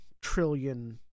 trillion